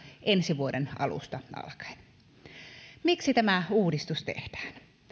ensi vuoden alusta alkaen miksi tämä uudistus tehdään